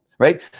Right